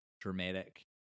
dramatic